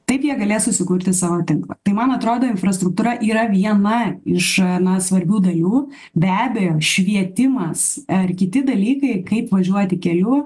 taip jie galės susikurti savo tinklą tai man atrodo infrastruktūra yra viena iš na svarbių dalių be abejo švietimas ar kiti dalykai kaip važiuoti keliu